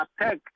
attack